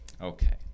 Okay